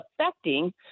affecting